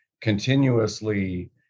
continuously